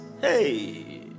Hey